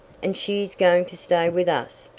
and she is going to stay with us,